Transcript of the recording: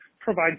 provide